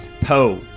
Poe